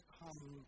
come